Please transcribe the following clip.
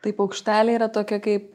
tai paukšteliai yra tokia kaip